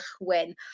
win